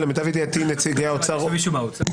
לפי מיטב דעתי נציגי האוצר הוזמנו.